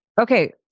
Okay